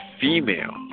female